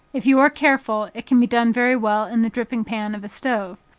if you are careful, it can be done very well in the dripping-pan of a stove.